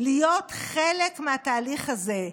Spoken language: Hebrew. להיות חלק מהתהליך הזה,